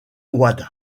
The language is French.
wade